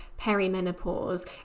perimenopause